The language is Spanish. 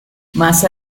más